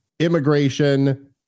immigration